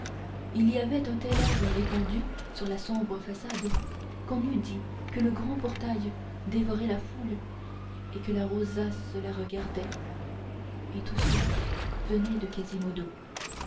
il y avait un tel air répandu sur la sombre façade qu'on eût dit que le grand portail dévorait la foule et que la rosace la regardait et tout cela venait de quasimodo